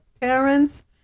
parents